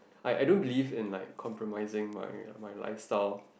like I don't believe in like compromising my my lifestyle